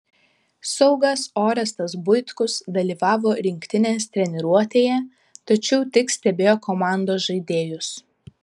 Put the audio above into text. saugas orestas buitkus dalyvavo rinktinės treniruotėje tačiau tik stebėjo komandos žaidėjus